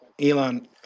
Elon